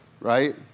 right